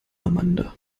amanda